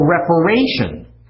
reparation